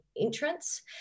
entrance